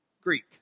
Greek